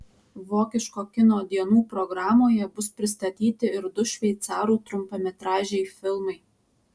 vokiško kino dienų programoje bus pristatyti ir du šveicarų trumpametražiai filmai